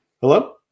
Hello